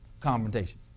Confrontation